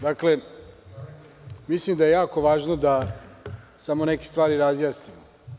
Dakle, mislim da je jako važno da samo neke stvari razjasnimo.